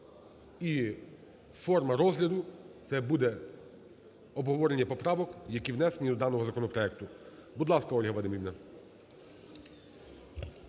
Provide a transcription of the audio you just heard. і форма розгляду – це буде обговорення поправок, які внесені до даного законопроекту. Будь ласка, Ольга Вадимівна.